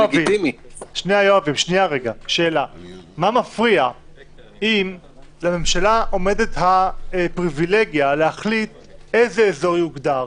מה מפריע אם לממשלה עומדת הפריבילגיה להחליט איזה אזור יוגדר?